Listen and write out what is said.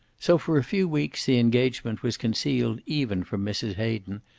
so for a few weeks the engagement was concealed even from mrs. hayden,